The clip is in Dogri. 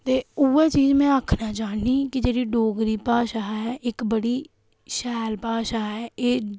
ते उ'ऐ चीज़ में आक्खना चांह्न्नी कि जेह्ड़ी डोगरी भाशा ऐ इक बड़ी शैल भाशा ऐ एह्